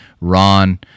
Ron